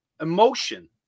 emotion